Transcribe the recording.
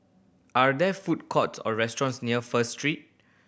are there food courts or restaurants near First Street